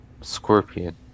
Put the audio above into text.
Scorpion